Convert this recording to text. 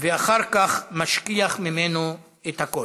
ואחר כך משכיח ממנו את הכול.